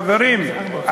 חברים,